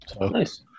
Nice